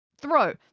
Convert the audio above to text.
throw